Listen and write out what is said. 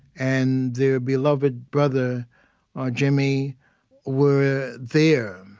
and their beloved brother ah jimmy were there.